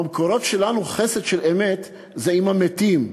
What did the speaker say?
במקורות שלנו חסד של אמת זה עם המתים,